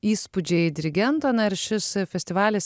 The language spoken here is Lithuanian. įspūdžiai dirigento na ir šis festivalis